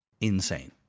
insane